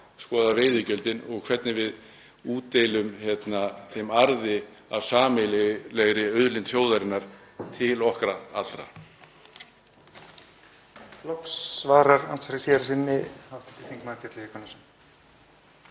endurskoða veiðigjöldin og hvernig við útdeilum arði af sameiginlegri auðlind þjóðarinnar til okkar allra.